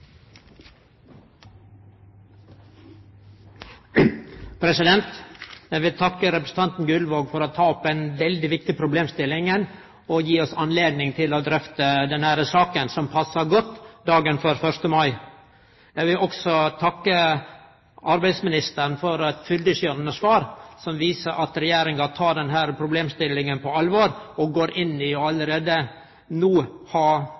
Gullvåg for å ta opp ei veldig viktig problemstilling og gi oss anledning til å drøfte denne saka, som passar godt dagen før 1. mai. Eg vil også takke arbeidsministeren for eit fyllestgjerande svar, som viser at Regjeringa tek denne problemstillinga på alvor og går inn i ho, og allereie no har